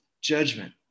judgment